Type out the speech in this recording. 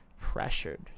pressured